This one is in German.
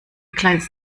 kleines